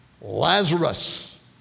Lazarus